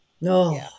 no